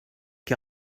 qui